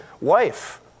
wife